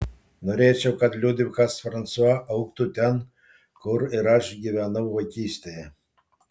norėčiau kad liudvikas fransua augtų ten kur ir aš gyvenau vaikystėje